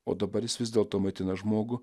o dabar jis vis dėlto maitina žmogų